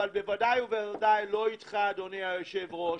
אבל בוודאי ובוודאי לא איתך, אדוני היושב-ראש,